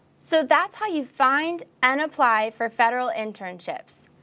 so that's how you find and apply for federal internships.